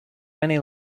many